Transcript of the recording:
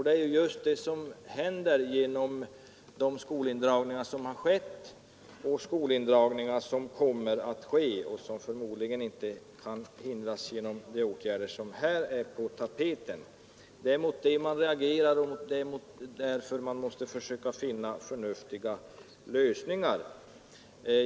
Det är just det som händer genom de skolindragningar som har skett och de som kommer att ske och förmodligen inte kan hindras genom de åtgärder som här är på tapeten. Det är därför man måste försöka finna förnuftiga lösningar.